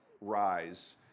rise